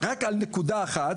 רק על נקודה אחת.